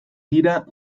dira